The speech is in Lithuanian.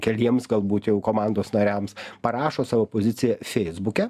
keliems galbūt jau komandos nariams parašo savo poziciją feisbuke